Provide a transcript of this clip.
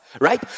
right